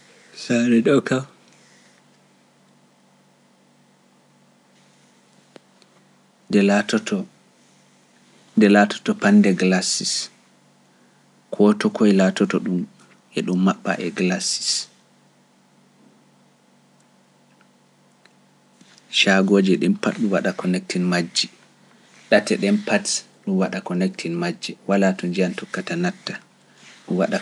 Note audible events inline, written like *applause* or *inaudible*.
*noise* nde laatoto pat nde glass, shaagooji pat laatoto di glass, date pat de glass, wala to ndiyam tokkata nasta sam